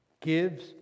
gives